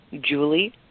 Julie